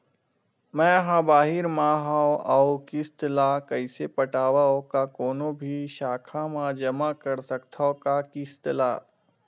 मैं हा बाहिर मा हाव आऊ किस्त ला कइसे पटावव, का कोनो भी शाखा मा जमा कर सकथव का किस्त ला?